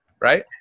right